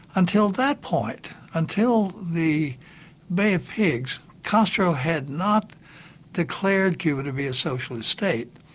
until that point, until the bay of pigs, castro had not declared cuba to be a socialist state,